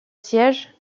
siège